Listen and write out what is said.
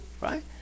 right